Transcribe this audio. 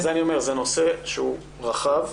זה נושא רחב.